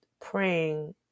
praying